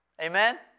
Amen